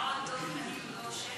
דב חנין הוא לא שיח'